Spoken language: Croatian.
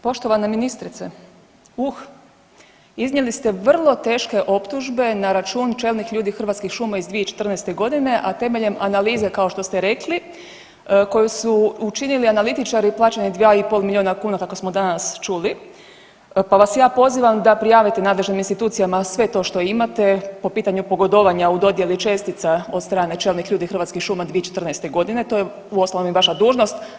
Poštovana ministrice, uh, iznijeli ste vrlo teške optužbe na račun čelnih ljudi Hrvatskih šuma iz 2014. g., a temeljem analize, kao što ste rekli koji su učinili analitičari plaćeni 2,5 milijuna kuna, kako smo danas čuli pa vas ja pozivam da prijavite nadležnim institucijama sve to što imate po pitanju pogodovanja u dodjeli čestica od strane čelnih ljudi Hrvatskih šuma 2014. g., to je uostalom i vaša dužnost.